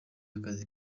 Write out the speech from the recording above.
akazi